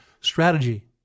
strategy